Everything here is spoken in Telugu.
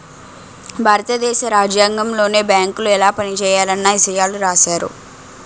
భారత దేశ రాజ్యాంగంలోనే బేంకులు ఎలా పనిజేయాలన్న ఇసయాలు రాశారు